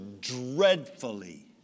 dreadfully